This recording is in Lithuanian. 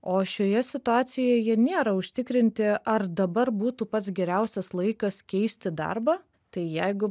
o šioje situacijoje jie nėra užtikrinti ar dabar būtų pats geriausias laikas keisti darbą tai jeigu